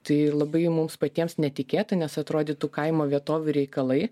tai labai mums patiems netikėta nes atrodytų kaimo vietovių reikalai